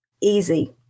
easy